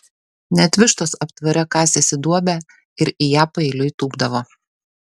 net vištos aptvare kasėsi duobę ir į ją paeiliui tūpdavo